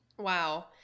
wow